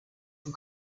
zum